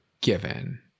given